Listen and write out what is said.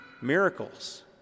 miracles